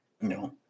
No